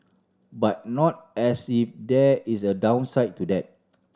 but not as if there is a downside to that